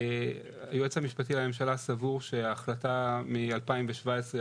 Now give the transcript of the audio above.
היועץ המשפטי לממשלה סבור שההחלטה מ-2017 היא